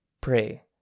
pray